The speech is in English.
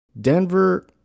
Denver